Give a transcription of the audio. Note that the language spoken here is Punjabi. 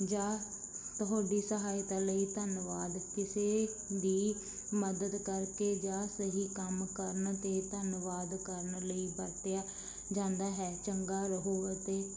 ਜਾਂ ਤੁਹਾਡੀ ਸਹਾਇਤਾ ਲਈ ਧੰਨਵਾਦ ਕਿਸੇ ਦੀ ਮਦਦ ਕਰਕੇ ਜਾਂ ਸਹੀ ਕੰਮ ਕਰਨ 'ਤੇ ਧੰਨਵਾਦ ਕਰਨ ਲਈ ਵਰਤਿਆ ਜਾਂਦਾ ਹੈ ਚੰਗਾ ਰਹੋ ਅਤੇ